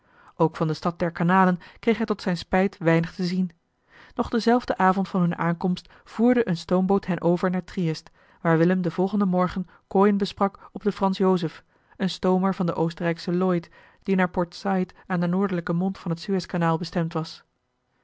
ook van de stad der kanalen kreeg hij tot zijne spijt weinig te zien nog denzelfden avond van hunne aankomst voerde eene stoomboot hen over naar triëst waar willem den volgenden morgen kooien besprak op de frans joseph een stoomer van de oostenrijksche lloyd die naar port saïd aan den noordelijken mond van het suez-kanaal bestemd was